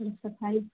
सफ़ाई